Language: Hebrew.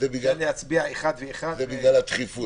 אפשר להצביע אחד ואחד --- זה בגלל הדחיפות.